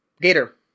Gator